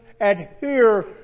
adhere